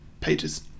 pages